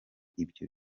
ibyo